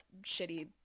shitty